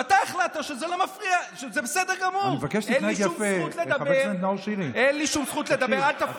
אתה החלטת שזה בסדר גמור ושאין לי שום זכות לדבר.